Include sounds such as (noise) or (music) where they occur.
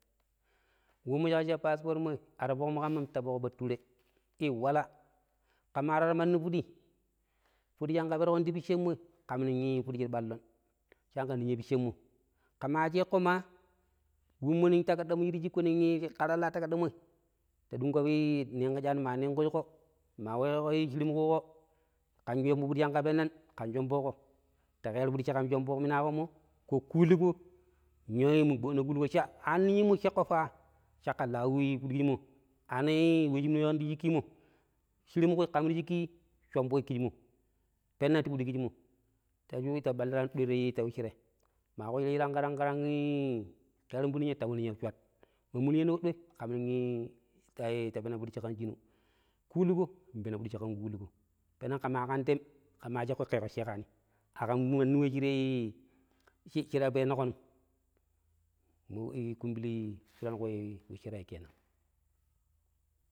Wemmoi shi kacc ika paspot moi a fok mu kammam ta fok bature i wala ke mar waro mandi tudi fudi shi ke perkonti piccemmoi kam nong pidi shi ta ballon changka ninya piacemmo. Ke maa shekko ma wemmoi shir shikkomo nong karan laa takaddamoi ta dungko sningkijaani, ma ningkijiko, maa weekeeko shirim kuuko kanshombo fudi shi ke pennan kan shombooko ta keero fudi shi kan shombo minaa-komo ko kuuliko, nyo mungbiaddina cha aano mandi minyai mo shekko fa cakka laa fudi jijimo. Aano we shi minu weekon ti shikki mo, shirin kui kam ti shikki shomboi kijimo penna ti fudi kijimo ta ta balliraani doi ta wuccire maa kushira shi tangka tang i-i keeran fudi minya ta wa ninya shwat. Ma mulyanko doi ta peno, fudi shi kan shimu kuuliko npeno fudi shi kan kuuliko. Peneng ke maa kan tem ke maa shekko ke yiiko shekaani akam nong mandi we shirai, shira penukonum. Mo kumbili shuran ku (noise) weccirei kenan.